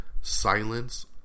Silence